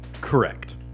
Correct